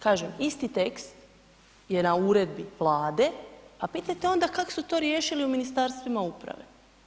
Kažem, isti tekst je na uredbi Vlade, a pitajte onda kako su to riješili u ministarstvima uprava.